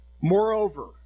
Moreover